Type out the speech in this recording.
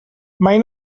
mai